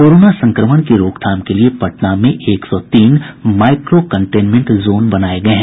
corona संक्रमण की रोकथाम के लिए पटना में एक सौ तीन माईक्रो कंटेनमेंट जोन बनाये गये हैं